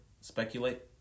speculate